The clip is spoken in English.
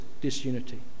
disunity